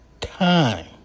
time